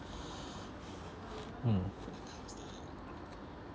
mm